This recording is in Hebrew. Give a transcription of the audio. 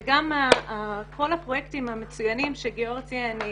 וכל הפרויקטים המצוינים שגיורא תיאר,